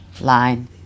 line